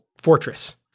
fortress